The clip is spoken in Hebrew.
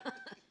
מוסי, בבקשה.